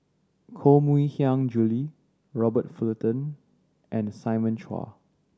Koh Mui Hiang Julie Robert Fullerton and Simon Chua